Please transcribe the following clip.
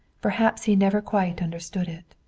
perhaps he never quite understood it.